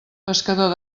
pescador